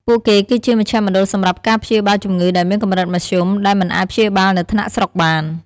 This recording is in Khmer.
ពួកគេគឺជាមជ្ឈមណ្ឌលសម្រាប់ការព្យាបាលជំងឺដែលមានកម្រិតមធ្យម ដែលមិនអាចព្យាបាលនៅថ្នាក់ស្រុកបាន។